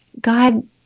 God